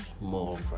more